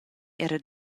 era